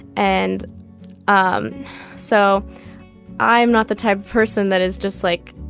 and um so i'm not the type of person that is just, like,